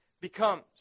becomes